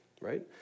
right